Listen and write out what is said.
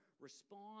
respond